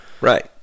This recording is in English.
right